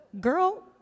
Girl